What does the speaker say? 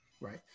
Right